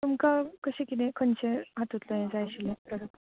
तुमकां कशें किदें खंयचे हातूंतलें जाय आशिल्लें प्रोडक्टस